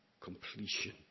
completion